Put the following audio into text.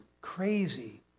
crazy